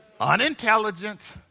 unintelligent